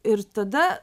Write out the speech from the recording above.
ir tada